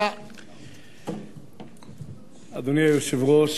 לאחר סיום דבריהם של חבר הכנסת כץ, הלוא הוא